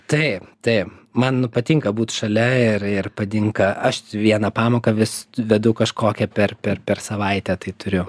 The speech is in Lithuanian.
taip taip man patinka būt šalia ir ir patinka aš vieną pamoką vis vedu kažkokią per per per savaitę tai turiu